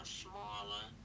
smaller